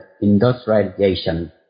industrialization